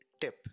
tip